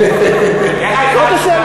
זאת השאלה.